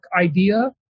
idea